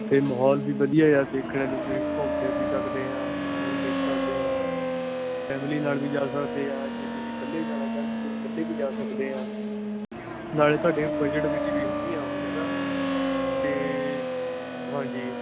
ਅਤੇ ਮਾਹੌਲ ਵੀ ਵਧੀਆ ਆ ਦੇਖਣ ਨੂੰ ਤੁਸੀਂ ਘੁੰਮ ਫਿਰ ਵੀ ਸਕਦੇ ਆਂ ਮੱਥਾ ਵੀ ਟੇਕ ਸਕਦੇ ਆਂ ਫੈਮਲੀ ਨਾਲ ਵੀ ਜਾ ਸਕਦੇ ਆਂ ਜੇ ਤੁਸੀਂ ਇਕੱਲੇ ਜਾਣਾ ਚਾਹੁੰਦੇ ਤੁਸੀਂ ਇਕੱਲੇ ਵੀ ਜਾ ਸਕਦੇ ਆਂ ਨਾਲੇ ਤੁਹਾਡੇ ਬਜਟ ਵਿੱਚ ਵੀ ਹੁੰਦੀਆਂ ਉਹ ਜਗ੍ਹਾ ਅਤੇ ਹਾਂਜੀ